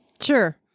Sure